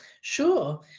Sure